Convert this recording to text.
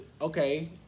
okay